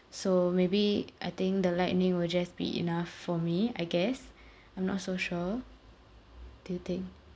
so maybe I think the lightning will just be enough for me I guess I'm not so sure do you think